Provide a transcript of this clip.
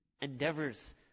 endeavors